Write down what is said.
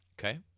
Okay